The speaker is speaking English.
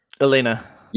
elena